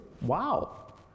Wow